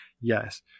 yes